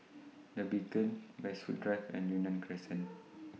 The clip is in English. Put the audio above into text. The Beacon Westwood Drive and Yunnan Crescent